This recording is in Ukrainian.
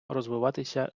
розвиватися